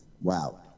Wow